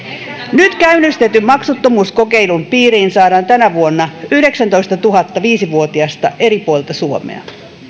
nyt käynnistetyn maksuttomuuskokeilun piiriin saadaan tänä vuonna yhdeksäntoistatuhatta viisivuotiasta eri puolilta suomea